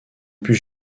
put